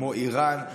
כמו איראן,